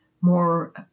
more